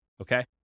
Okay